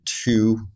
two